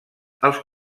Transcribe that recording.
als